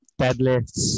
deadlifts